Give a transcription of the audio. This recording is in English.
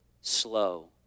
slow